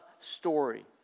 story